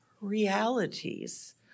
realities